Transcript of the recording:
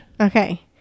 Okay